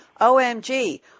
OMG